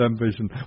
ambition